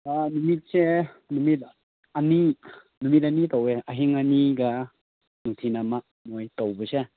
ꯅꯨꯃꯤꯠꯁꯦ ꯅꯨꯃꯤꯠ ꯑꯅꯤ ꯅꯨꯃꯤꯠ ꯑꯅꯤ ꯇꯧꯋꯦ ꯑꯍꯤꯡ ꯑꯅꯤꯒ ꯅꯨꯡꯊꯤꯟ ꯑꯃ ꯃꯈꯣꯏ ꯇꯧꯕꯁꯦ